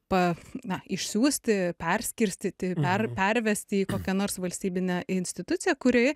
pa na išsiųsti perskirstyti per pervesti į kokią nors valstybinę instituciją kuri